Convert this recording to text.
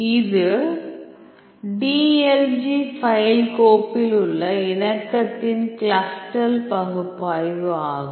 இது dlg file கோப்பில் உள்ள இணக்கத்தின் கிளஸ்டல் பகுப்பாய்வு ஆகும்